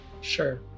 Sure